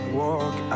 walk